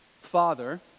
father